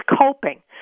coping